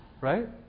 Right